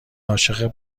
عاشق